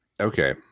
Okay